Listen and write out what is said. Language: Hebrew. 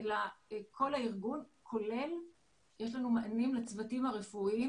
אלא כל הארגון, כולל מענים לצוותים הרפואיים